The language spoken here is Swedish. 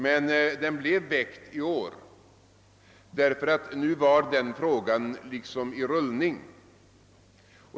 Men den blev väckt i år, därför att nu var den frågan liksom i rullning.